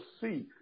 see